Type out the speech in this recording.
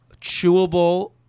chewable